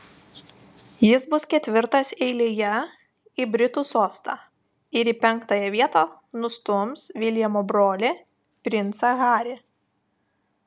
jis bus ketvirtas eilėje į britų sostą ir į penktąją vietą nustums viljamo brolį princą harį